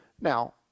Now